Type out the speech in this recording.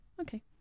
Okay